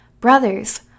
Brothers